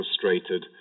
frustrated